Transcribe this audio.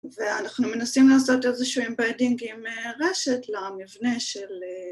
ואנחנו מנסים לעשות איזשהו אמבדינג עם רשת למבנה של...